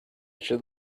should